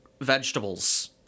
vegetables